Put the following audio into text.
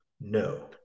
No